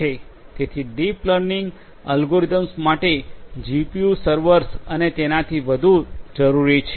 તેથી deep learning algorithms માટે GPU servers અને તેનાથી વધુ જરૂરી છે